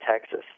Texas